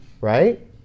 right